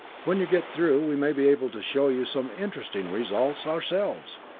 when you get through, we may be able to show you some interesting results ourselves!